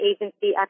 agency